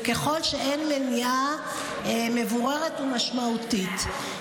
וככל שאין מניעה מבוררת ומשמעותית.